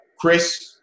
Chris